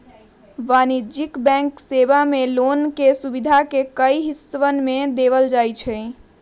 वाणिज्यिक बैंक सेवा मे लोन के सुविधा के कई हिस्सवन में देवल जाहई